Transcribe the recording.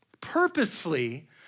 purposefully